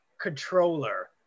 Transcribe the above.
controller